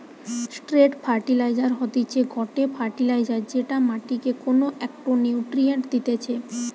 straight fertiliser হতিছে গটে fertiliser যেটা মাটিকে কোনো একটো নিউট্রিয়েন্ট দিতেছে